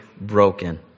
broken